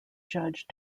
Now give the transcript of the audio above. judge